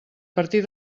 partir